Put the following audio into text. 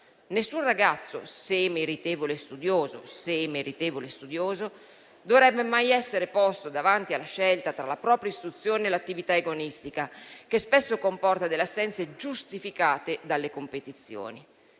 Nessun ragazzo, se meritevole e studioso, dovrebbe mai essere posto davanti alla scelta tra la propria istruzione e l'attività agonistica, che spesso comporta delle assenze giustificate dalle competizioni.